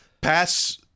pass